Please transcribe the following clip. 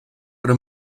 però